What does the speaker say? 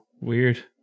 weird